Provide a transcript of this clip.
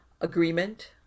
agreement